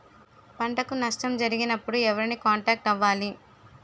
పంటకు నష్టం జరిగినప్పుడు ఎవరిని కాంటాక్ట్ అవ్వాలి?